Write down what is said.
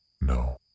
No